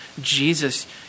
Jesus